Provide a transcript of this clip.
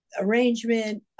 arrangement